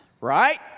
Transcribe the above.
right